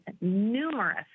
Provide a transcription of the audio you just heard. numerous